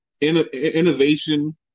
innovation